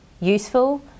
useful